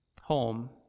home